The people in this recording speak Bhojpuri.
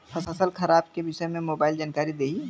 फसल खराब के विषय में मोबाइल जानकारी देही